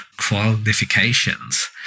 qualifications